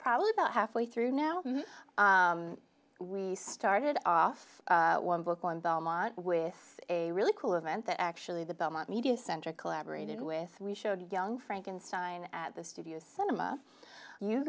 probably about halfway through now we started off one book on belmont with a really cool event that actually the belmont media center collaborated with we showed young frankenstein at the studio cinema you